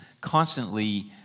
constantly